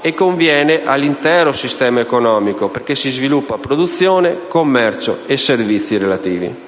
tempo; all'intero sistema economico, perché si sviluppa produzione, commercio e servizi relativi.